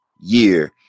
year